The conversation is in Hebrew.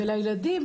ולילדים,